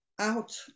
out